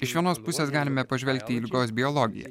iš vienos pusės galime pažvelgti į ligos biologiją